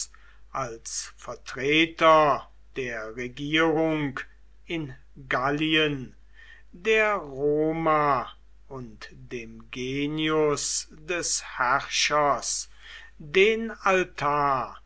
als vertreter der regierung in gallien der roma und dem genius des herrschers den altar